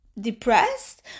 depressed